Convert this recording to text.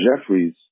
Jeffries